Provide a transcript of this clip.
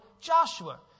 Joshua